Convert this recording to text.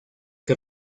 que